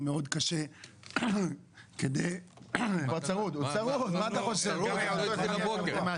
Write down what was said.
קשה מאוד כדי להשאיר אתכם כאן בכנסת ולעכב